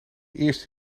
eerste